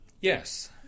Yes